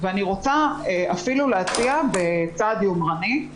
ואני רוצה אפילו להציע בצעד יומרני,